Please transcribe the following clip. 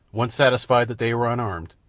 once satisfied that they were unarmed,